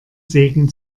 segen